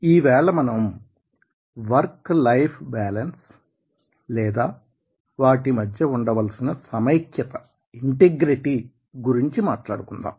ఈ వేళ మనం వర్క్ లైఫ్ బ్యాలెన్స్ లేదా సమైక్యత ఇంటిగ్రేషన్ గురించి మాట్లాడుకుందాం